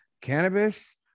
cannabis